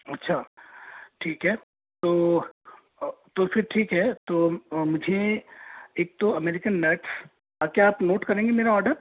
अच्छा ठीक है तो तो फिर ठीक है तो मुझे एक तो अमेरिकन नट्स क्या आप नोट करेंगी मेरा ऑडर